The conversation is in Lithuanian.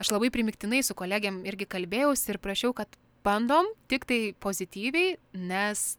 aš labai primygtinai su kolegėm irgi kalbėjausi ir prašiau kad bandom tiktai pozityviai nes